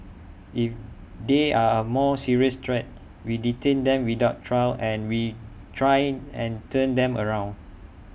if they are A more serious threat we detain them without trial and we try and turn them around